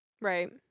Right